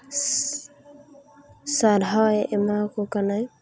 ᱥᱟᱨᱦᱟᱣᱮ ᱮᱢᱟᱠᱚ ᱠᱟᱱᱟᱭ